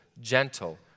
gentle